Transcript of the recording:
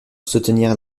soutenir